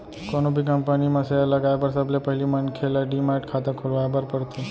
कोनो भी कंपनी म सेयर लगाए बर सबले पहिली मनखे ल डीमैट खाता खोलवाए बर परथे